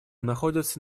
находится